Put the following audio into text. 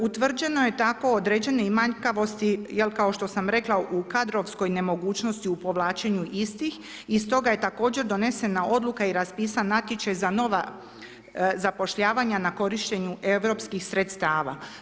Utvrđeno je tako određene manjkavosti jer kao što sam rekla, u kadrovskoj nemogućnosti u povlačenju istih i stoga je također donesena odluka i raspisan natječaj za nova zapošljavanja na korištenju europskih sredstava.